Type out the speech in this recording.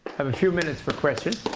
have a few minutes for questions.